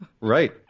Right